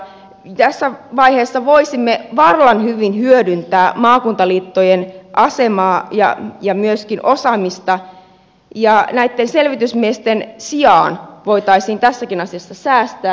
tässä vaiheessa voisimme vallan hyvin hyödyntää maakuntaliittojen asemaa ja myöskin osaamista ja näitten selvitysmiesten sijaan voitaisiin tässäkin asiassa säästää